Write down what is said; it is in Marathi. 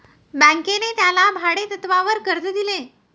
बँकेने त्याला भाडेतत्वावर कर्ज दिले